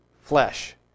flesh